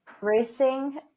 racing